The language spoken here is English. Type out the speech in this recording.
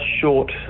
short